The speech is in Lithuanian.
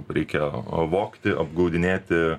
reikia o vogti apgaudinėti